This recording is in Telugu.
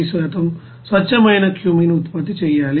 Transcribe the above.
9 స్వచ్ఛమైన క్యూమీన్ ఉత్పత్తి చేయాలి